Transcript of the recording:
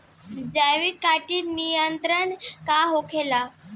जैविक कीट नियंत्रण का होखेला?